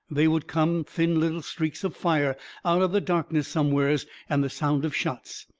they would come thin little streaks of fire out of the darkness somewheres, and the sound of shots.